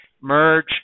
merge